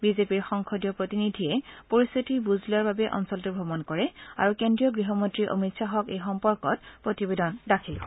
বিজেপিৰ সংসদীয় প্ৰতিনিধিয়ে পৰিস্থিত বুজ লোৱাৰ বাবে অঞ্চলটো ভ্ৰমণ কৰে আৰু কেন্দ্ৰীয় গৃহমন্ত্ৰী অমিত খাহক এই সম্পৰ্কত প্ৰতিবেদন দাখিল কৰে